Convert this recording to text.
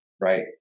right